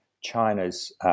China's